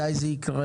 מתי זה יקרה?